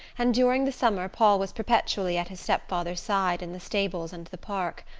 and during the summer paul was perpetually at his step-father's side in the stables and the park.